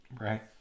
Right